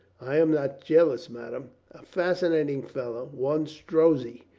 i am not jealous, madame. a fascinating fellow, one strozzi.